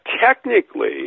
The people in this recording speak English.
technically